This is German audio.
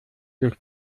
durch